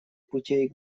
путей